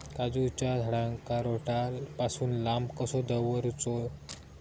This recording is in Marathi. काजूच्या झाडांका रोट्या पासून लांब कसो दवरूचो?